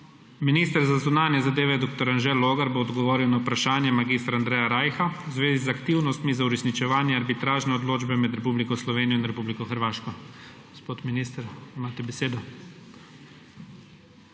Minister za zunanje zadeve dr. Anže Logar bo odgovoril na vprašanje mag. Andreja Rajha v zvezi z aktivnostmi za uresničevanje arbitražne odločbe med Republiko Slovenijo in Republiko Hrvaško. Gospod minister, imate besedo.